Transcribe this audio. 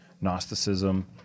Gnosticism